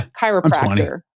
chiropractor